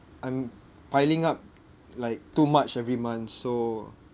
I'm piling up like too much every month so